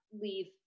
leave